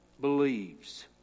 believes